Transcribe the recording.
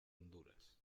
honduras